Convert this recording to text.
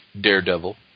Daredevil